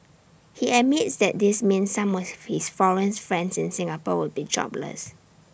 he admits that this means some of his foreign friends in Singapore would be jobless